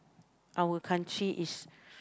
our country is